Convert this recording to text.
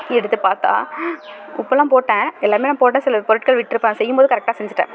எடுத்து பார்த்தா உப்பலாம் போட்டேன் எல்லாமே நான் போட்ட சில பொருட்கள் விட்ருப்போ செய்யுபோது கரெக்ட்டாக செஞ்சிவிட்டேன்